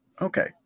Okay